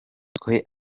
twe